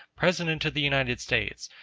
president of the united states!